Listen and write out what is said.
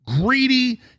greedy